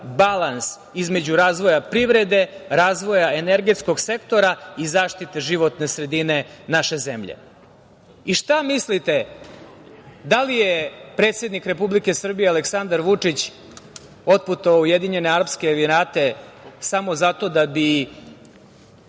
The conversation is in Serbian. balans između razvoja privrede, razvoja energetskog sektora i zaštite životne sredine naše zemlje. Šta mislite, da li je predsednik Republike Srbije Aleksandar Vučić otputovao u Ujedinjene Arapske Emirate samo zato da bi